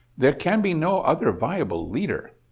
there can be no other viable leader.